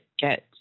get